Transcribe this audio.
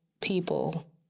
people